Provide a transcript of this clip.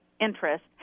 interest